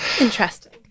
Interesting